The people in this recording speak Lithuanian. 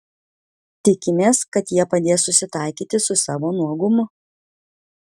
tikimės kad jie padės susitaikyti su savo nuogumu